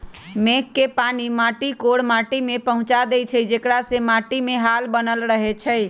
मेघ के पानी माटी कोर माटि में पहुँचा देइछइ जेकरा से माटीमे हाल बनल रहै छइ